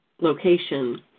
location